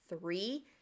three